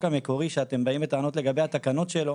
המקורי שאתם באים בטענות לגבי התקנות שלו,